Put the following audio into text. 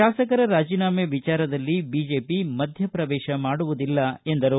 ಶಾಸಕರ ರಾಜೀನಾಮೆ ವಿಚಾರದಲ್ಲಿ ಬಿಜೆಪಿ ಮಧ್ಯೆ ಪ್ರವೇಶ ಮಾಡುವುದಿಲ್ಲ ಎಂದರು